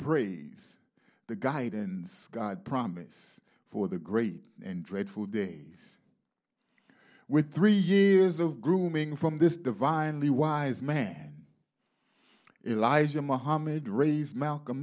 praise the guidance god promised for the great and dreadful days with three years of grooming from this divinely wise man eliza mohamed raise malcolm